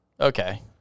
Okay